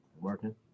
Working